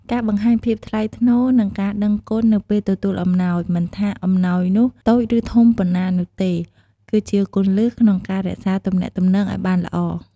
ការបង្ហាញភាពថ្លៃថ្នូរ និងការដឹងគុណនៅពេលទទួលអំណោយ មិនថាអំណោយនោះតូចឬធំប៉ុណ្ណានោះទេ គឺជាគន្លឹះក្នុងការរក្សាទំនាក់ទំនងឲ្យបានល្អ។